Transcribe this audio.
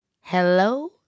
Hello